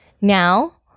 Now